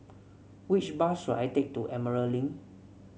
which bus should I take to Emerald Link